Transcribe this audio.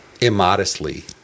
immodestly